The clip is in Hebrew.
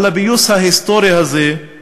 אבל לפיוס ההיסטורי הזה,